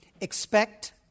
Expect